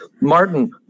Martin